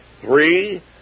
Three